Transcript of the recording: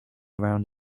around